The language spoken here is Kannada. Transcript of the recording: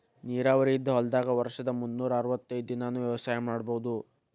ನೇರಾವರಿ ಇದ್ದ ಹೊಲದಾಗ ವರ್ಷದ ಮುನ್ನೂರಾ ಅರ್ವತೈದ್ ದಿನಾನೂ ವ್ಯವಸಾಯ ಮಾಡ್ಬಹುದು